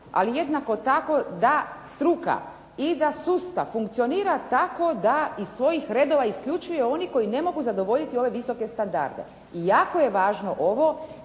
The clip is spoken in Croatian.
ali jednako tako da struka i da sustav funkcionira tako da iz svojih redova isključuje one koji ne mogu zadovoljiti ove visoke standarde. I jako je važno ovo,